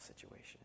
situation